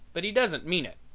but he doesn't mean it.